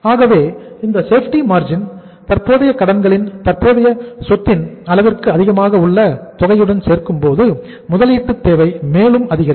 ஆகவே இந்த safety margin ஐ தற்போதைய கடன்களின் தற்போதைய சொத்தின் அளவிற்கு அதிகமாக உள்ள தொகையுடன் சேர்க்கும்போது முதலீட்டு தேவை மேலும் அதிகரிக்கும்